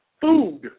food